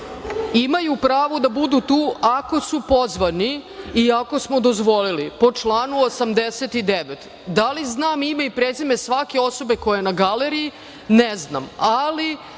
imaju pravo da budu tu ako su pozvani i ako smo dozvolili, po članu 89. Da li znam ime i prezime svake osobe koja je na galeriji? Ne znam,